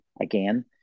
again